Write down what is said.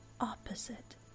opposite